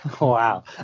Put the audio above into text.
Wow